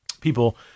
people